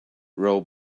row